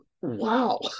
Wow